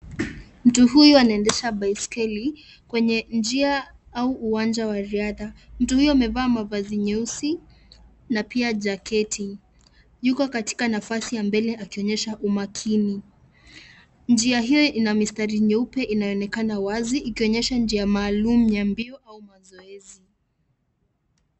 Mtu huyu anaendesha baiskeli kwenye njia au uwanja wa riadha. Mtu huyu amevaa mavazi nyeusi na pia jaketi, yuko katika nafasi ya mbele akionyesha umakini. Njia hiyo ina mistari nyeupe inayoonekana wazi ikionyesha njia maalum ya mbio au mazoezi.